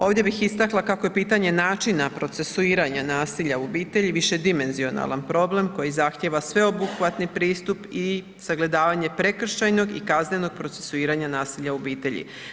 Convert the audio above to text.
Ovdje bih istakla kako je pitanje načina procesuiranja nasilja u obitelji višedimenzionalan problem koji zahtijeva sveobuhvatni pristup i sagledavanja prekršajnog i kaznenog procesuiranja nasilja u obitelji.